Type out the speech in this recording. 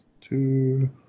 two